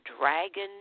dragon